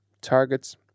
targets